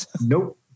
Nope